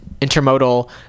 Intermodal